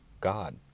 God